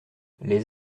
les